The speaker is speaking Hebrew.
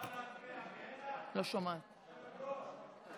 מלכיאלי יכול היה להישאר כאן,